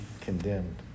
condemned